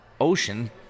ocean